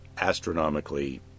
astronomically